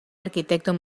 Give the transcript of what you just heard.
arquitecto